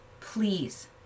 please